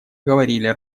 говорили